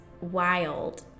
wild